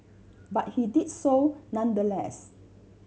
but he did so nonetheless